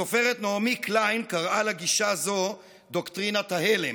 הסופרת נעמי קליין קראה לגישה הזו "דוקטרינת ההלם",